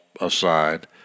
aside